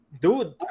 Dude